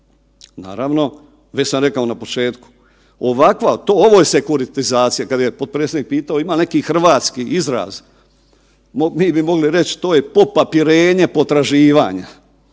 Naravno, već sam rekao na početku ovo je sekuritizacija, kada je potpredsjednik pitao ima li neki hrvatski izraz, mi bi mogli reć to je popapirenje potraživanje